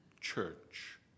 church